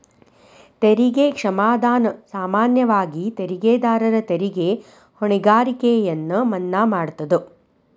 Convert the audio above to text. ತೆರಿಗೆ ಕ್ಷಮಾದಾನ ಸಾಮಾನ್ಯವಾಗಿ ತೆರಿಗೆದಾರರ ತೆರಿಗೆ ಹೊಣೆಗಾರಿಕೆಯನ್ನ ಮನ್ನಾ ಮಾಡತದ